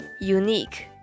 Unique